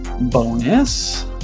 bonus